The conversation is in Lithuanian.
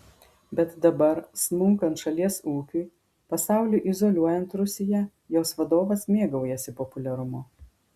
bet dabar smunkant šalies ūkiui pasauliui izoliuojant rusiją jos vadovas mėgaujasi populiarumu